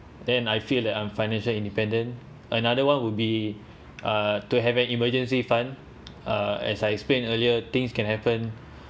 then I feel that I'm financial independent another one would be uh to have an emergency fund uh as I explained earlier things can happen